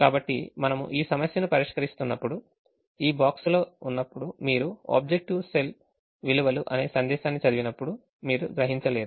కాబట్టి మనము ఈ సమస్యను పరిష్కరిస్తున్నప్పుడు ఈ box లో ఉన్నప్పుడు మీరు ఆబ్జెక్టివ్ cell విలువలు అనే సందేశాన్ని చదివినప్పుడు మీరు గ్రహించలేరు